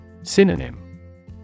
Synonym